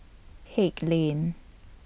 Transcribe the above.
Haig Lane